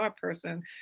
person